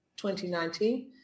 2019